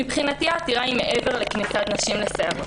מבחינתי העתירה היא מעבר לעניין כניסת נשים לסיירות.